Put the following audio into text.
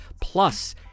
plus